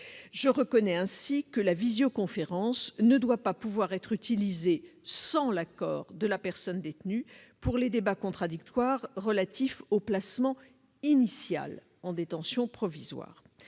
Je reconnais ainsi que la visioconférence ne doit pas pouvoir être utilisée sans l'accord de la personne détenue pour les débats contradictoires relatifs au placement initial en détention provisoire.